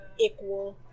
equal